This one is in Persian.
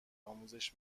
آموزش